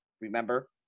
remember